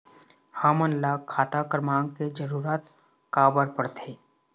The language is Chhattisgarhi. हमन ला खाता क्रमांक के जरूरत का बर पड़थे?